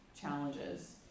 challenges